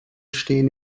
stehen